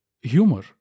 humor